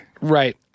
Right